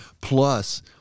Plus